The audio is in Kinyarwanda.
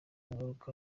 ingaruka